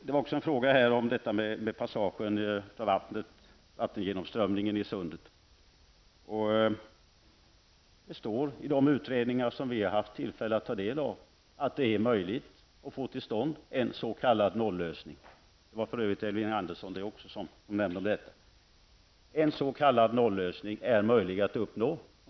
Det ställdes också en fråga om vattengenomströmningen i sundet. Det står i de utredningar som vi har haft tillfälle att ta del av att det är möjligt att få till stånd en s.k. noll-lösning. Det var för övrigt Elving Andersson som frågade om detta. En s.k. noll-lösning är möjlig att uppnå.